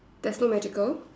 there's no magical